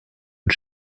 und